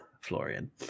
Florian